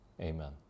Amen